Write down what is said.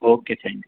okay thank you